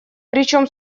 причем